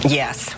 yes